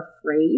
afraid